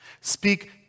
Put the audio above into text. Speak